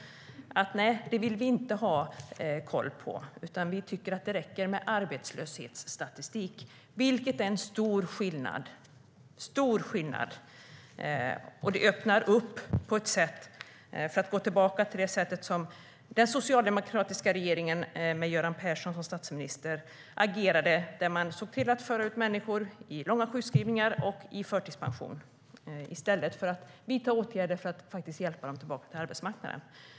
Man sa: Nej, det vill vi inte ha koll på. Vi tycker att det räcker med arbetslöshetsstatistik. Det är stor skillnad. Det öppnar upp för att gå tillbaka till det sätt som den socialdemokratiska regeringen med Göran Persson som statsminister agerade på när man såg till att föra ut människor i långa sjukskrivningar och i förtidspension i stället för att vidta åtgärder för att hjälpa dem tillbaka till arbetsmarknaden.